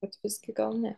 vat visgi gal ne